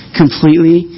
completely